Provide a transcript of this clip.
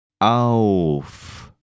auf